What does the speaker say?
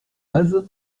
base